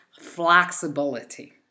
flexibility